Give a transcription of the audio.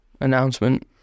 announcement